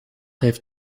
heeft